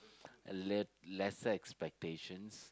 a let lesser expectations